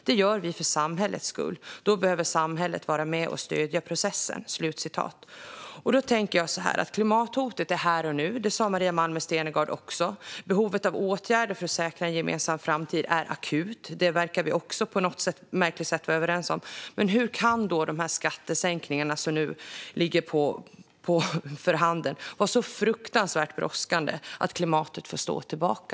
Det gör vi för samhällets skull, då behöver samhället vara med och stödja processen." Klimathotet finns här och nu. Det sa också Maria Malmer Stenergard. Behovet av åtgärder för att säkra en gemensam framtid är akut. Även det verkar vi på något märkligt sätt vara överens om. Men hur kan då de skattesänkningar som nu ligger för handen vara så fruktansvärt brådskande att klimatet får stå tillbaka?